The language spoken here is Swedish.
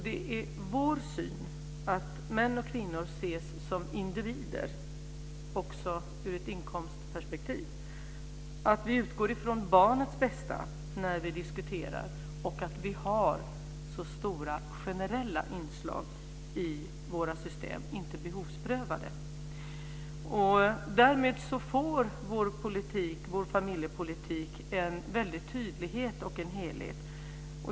Det är vår syn att män och kvinnor ses som individer också ur ett inkomstperspektiv, att vi utgår från barnets bästa när vi diskuterar och att vi har så stora generella inslag i våra system, inte behovsprövade. Därmed får vår familjepolitik en väldig tydlighet och en helhet.